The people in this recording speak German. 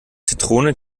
zitrone